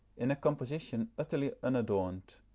in a composition utterly unadorned,